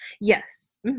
Yes